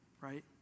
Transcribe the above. right